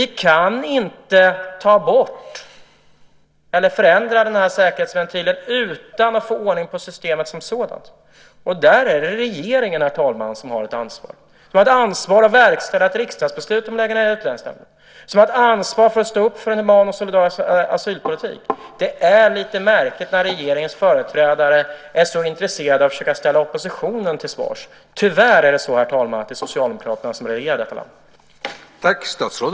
Vi kan inte ta bort eller förändra den här säkerhetsventilen utan att få ordning på systemet som sådant. Där är det regeringen, herr talman, som har ett ansvar. De har ett ansvar att verkställa ett riksdagsbeslut om att lägga ned Utlänningsnämnden. De har ett ansvar att stå upp för en human och solidarisk asylpolitik. Det är lite märkligt att regeringens företrädare är så intresserade av att försöka ställa oppositionen till svars. Tyvärr är det så, herr talman, att det är Socialdemokraterna som regerar detta land.